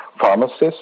pharmacists